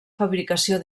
fabricació